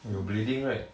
you bleeding right